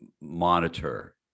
monitor